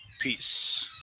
peace